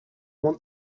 want